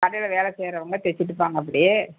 கடையில் வேலை செய்யறவங்க தச்சுட்ருப்பாங்க அப்படி